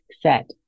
set